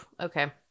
okay